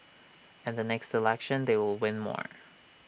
and the next election they will win more